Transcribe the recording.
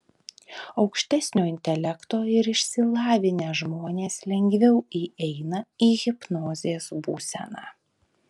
aukštesnio intelekto ir išsilavinę žmonės lengviau įeina į hipnozės būseną